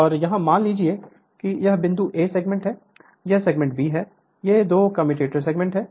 और यहाँ मान लीजिए कि यह बिंदु A सेगमेंट है यह सेगमेंट B है ये दो कम्यूटेटर सेगमेंट हैं